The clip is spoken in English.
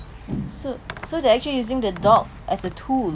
so so they actually using the dog as a tool